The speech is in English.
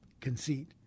conceit